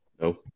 No